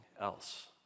else